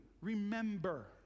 remember